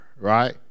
right